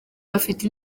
afite